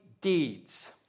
deeds